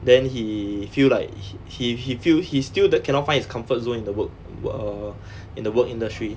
then he feel like he he feel he still cannot find his comfort zone in the work err in the work industry